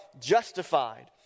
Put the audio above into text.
justified